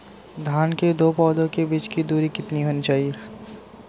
धान के दो पौधों के बीच की दूरी कितनी होनी चाहिए?